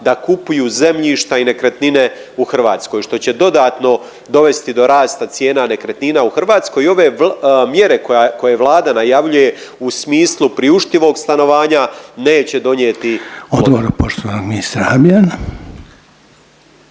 da kupuju zemljišta i nekretnine u Hrvatskoj što će dodatno dovesti do rasta cijena nekretnina u Hrvatskoj i ove mjere koje Vlada najavljuje u smislu priuštivog stanovanja neće donijeti …/Govornici govore istovremeno